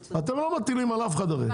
אתם לא מטילים על אף אחד הרי,